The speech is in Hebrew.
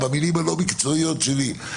במילים הלא מקצועיות שלי.